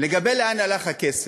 לגבי לאן הלך הכסף,